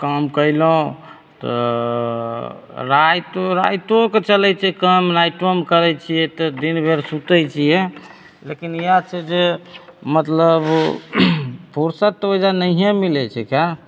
काम कयलहुँ तऽ राति रातिओके चलैत छै काम रातिओमे करैत छियै तऽ दिन भरि सुतैत छियै लेकिन इएह छै जे मतलब फुर्सत ओहिजे नहिए मिले छीकै